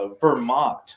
Vermont